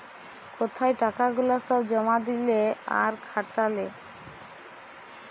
কোথায় টাকা গুলা সব জমা দিলে আর খাটালে